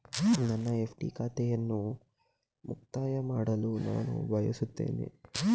ನನ್ನ ಎಫ್.ಡಿ ಖಾತೆಯನ್ನು ಮುಕ್ತಾಯ ಮಾಡಲು ನಾನು ಬಯಸುತ್ತೇನೆ